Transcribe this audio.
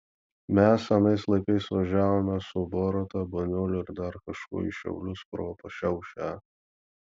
mes anais laikais važiavome su boruta baniuliu ir dar kažkuo į šiaulius pro pašiaušę